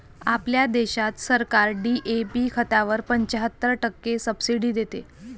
आपल्या देशात सरकार डी.ए.पी खतावर पंच्याहत्तर टक्के सब्सिडी देते